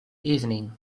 evening